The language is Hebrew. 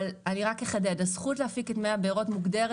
אבל אחדד הזכות להפיק את מי הבארות מוגדרת